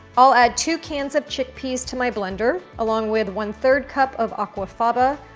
i'll add two cans of chickpeas to my blender along with one third cup of aquafaba,